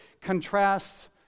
contrasts